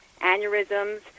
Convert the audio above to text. aneurysms